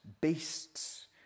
beasts